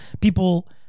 people